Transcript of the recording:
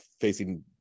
facing